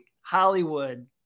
Hollywood